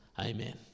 Amen